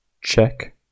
Check